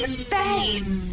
space